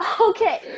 Okay